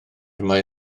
mae